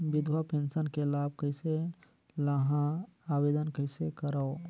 विधवा पेंशन के लाभ कइसे लहां? आवेदन कइसे करव?